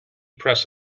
press